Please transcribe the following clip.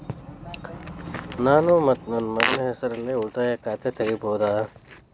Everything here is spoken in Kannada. ನಾನು ಮತ್ತು ನನ್ನ ಮಗನ ಹೆಸರಲ್ಲೇ ಉಳಿತಾಯ ಖಾತ ತೆಗಿಬಹುದ?